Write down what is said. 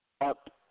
up